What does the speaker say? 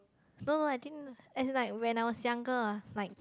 so I think as in like when I was younger I was like